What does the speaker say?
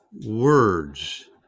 words